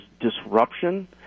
disruption